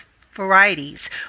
varieties